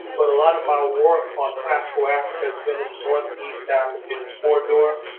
but a lot of my work on classical africa has been in northeast african corridor.